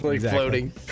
floating